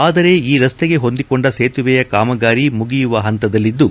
ಆದರೆ ಈ ರಸ್ತೆಗೆ ಹೊಂದಿಕೊಂಡ ಸೇತುವೆಯ ಕಾಮಗಾರಿ ಮುಗಿಯುವ ಹಂತದಲ್ಲಿದ್ಲು